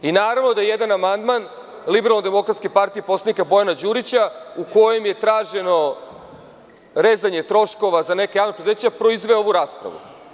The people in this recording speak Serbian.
I naravno da je jedan amandman LDP, poslanika Bojana Đurića, u kojem je traženo rezanje troškova za neka javna preduzeća proizveo ovu raspravu.